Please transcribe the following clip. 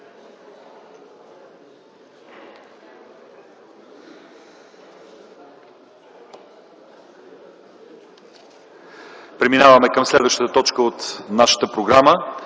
Преминаваме към следващата точка от нашата програма: